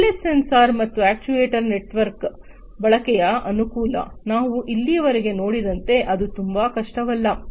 wireless sensor ಮತ್ತು actuator network ಬಳಕೆಯ ಅನುಕೂಲ ನಾವು ಇಲ್ಲಿಯವರೆಗೆ ನೋಡಿದಂತೆ ಅದು ತುಂಬಾ ಕಷ್ಟವಲ್ಲ